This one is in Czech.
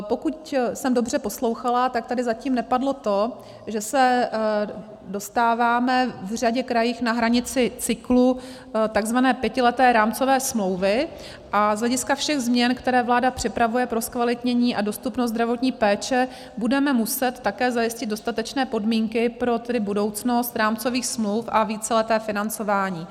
Pokud jsem dobře poslouchala, tak tady zatím nepadlo to, že se dostáváme v řadě krajů na hranici cyklu takzvané pětileté rámcové smlouvy a z hlediska všech změn, které vláda připravuje pro zkvalitnění a dostupnost zdravotní péče, budeme muset také zajistit dostatečné podmínky pro budoucnost rámcových smluv a víceleté financování.